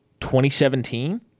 2017